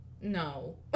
No